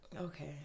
Okay